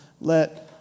let